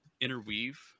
interweave